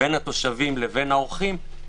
בין התושבים לאורחים.